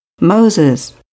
Moses